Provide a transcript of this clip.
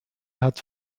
hat